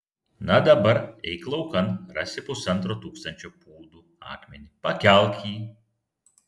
na dabar eik laukan rasi pusantro tūkstančio pūdų akmenį pakelk jį